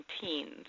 teens